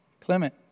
Clement